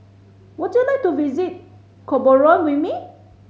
would you like to visit Gaborone with me